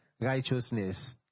righteousness